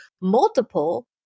multiple